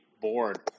board